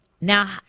Now